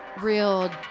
real